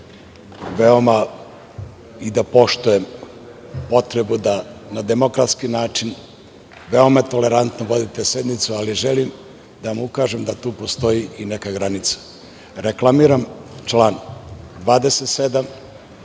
iskažem da poštujem potrebu da na demokratski način veoma tolerantno vodite sednicu, ali želim da vam ukažem da tu postoji i neka granica. Reklamiram član 27.